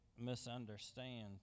misunderstand